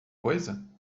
coisa